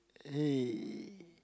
hey